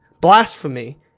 blasphemy